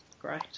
Great